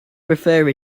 prefer